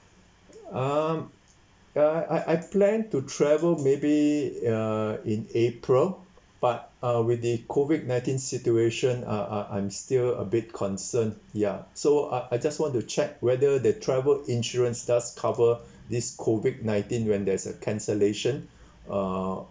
um ya I I plan to travel maybe err in april but uh with the COVID nineteen situation uh I'm I'm still a bit concern ya so I I just want to check whether the travel insurance does cover this COVID nineteen when there's a cancellation uh of